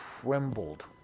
trembled